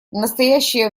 настоящее